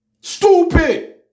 Stupid